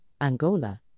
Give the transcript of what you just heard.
Angola